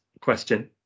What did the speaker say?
question